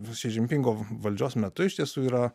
su zin pingo valdžios metu iš tiesų yra